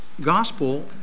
gospel